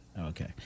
Okay